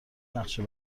نقشه